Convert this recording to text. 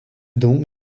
donc